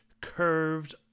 curved